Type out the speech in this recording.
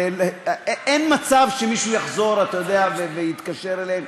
אין מצב שמישהו יחזור ויתקשר אליהם.